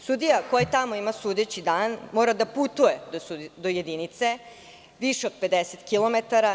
Sudija koji tamo ima sudeći dan mora da putuje do jedinice više od 50 kilometara.